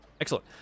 Excellent